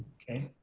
okay.